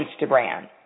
Instagram